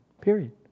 Period